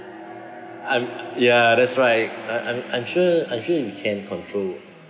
I'm ya that's right I I'm I'm sure I'm sure you can control